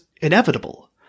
inevitable